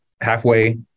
halfway